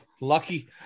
lucky